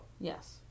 Yes